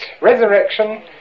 Resurrection